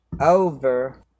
over